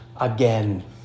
again